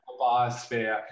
biosphere